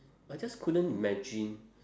I just couldn't imagine